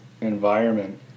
environment